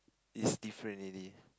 is different already